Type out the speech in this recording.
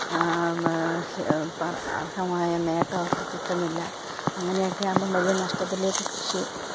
അര്ഹമായ നേട്ടം അവര്ക്ക് കിട്ടുന്നില്ല അങ്ങനെയെക്കെ ആവുമ്പം വലിയ നഷ്ടത്തിലേക്ക് കൃഷി